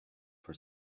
for